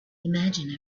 imagine